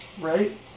Right